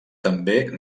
també